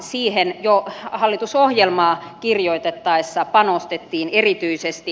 siihen jo hallitusohjelmaa kirjoitettaessa panostettiin erityisesti